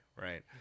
right